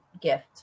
gift